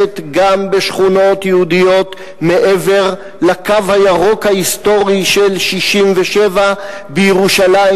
גם בשכונות יהודיות מעבר ל"קו הירוק" ההיסטורי של 67' בירושלים,